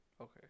Okay